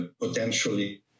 potentially